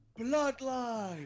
bloodline